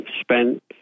spent